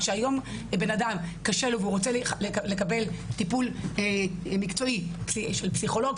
כשהיום בן אדם קשה לו והוא רוצה לקבל טיפול מקצועי של פסיכולוג,